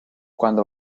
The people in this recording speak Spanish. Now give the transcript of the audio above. cuando